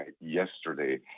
yesterday